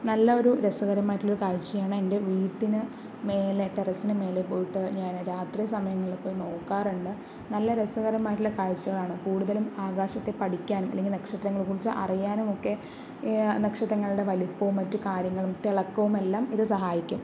നല്ല ഒരു രസകരമായിട്ടുള്ള ഒരു കാഴ്ച്ചയാണ് എൻ്റെ വീട്ടിന് മേലെ ടെറസിന് മേലെ പോയിട്ട് ഞാൻ രാത്രി സമയങ്ങളിൽ പോയി നോക്കാറുണ്ട് നല്ല രസകരമായിട്ടുള്ള കാഴ്ച്ചകളാണ് കൂടുതലും ആകാശത്ത് പഠിക്കാൻ അല്ലെങ്കിൽ നക്ഷത്രങ്ങളെക്കുറിച്ച് അറിയാനുമൊക്കെ നക്ഷത്രങ്ങളുടെ വലിപ്പവും മറ്റ് കാര്യങ്ങളും തിളക്കവും എല്ലാം ഇത് സഹായിക്കും